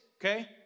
okay